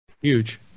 Huge